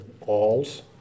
alls